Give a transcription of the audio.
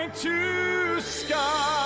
like to sky